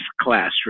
classroom